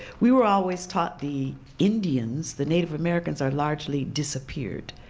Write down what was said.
we were always taught the indians, the native americans, are largely disappeared.